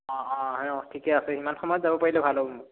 অঁ অঁ অঁ ঠিকে আছে সিমান সময়ত যাব পাৰিলে ভাল হ'ব মোৰ